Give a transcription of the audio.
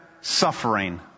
suffering